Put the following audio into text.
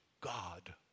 God